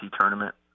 tournament